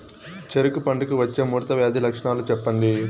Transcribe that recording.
చెరుకు పంటకు వచ్చే ముడత వ్యాధి లక్షణాలు చెప్పండి?